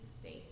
state